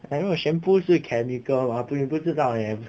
like 如果 shampoo 是 chemical mah 你不知道 then